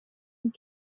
and